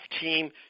team